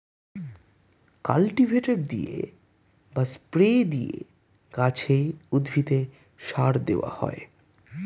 cultivator দিয়ে বা spray দিয়ে গাছে, উদ্ভিদে সার দেওয়া হয়